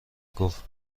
گفت